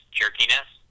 jerkiness